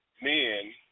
men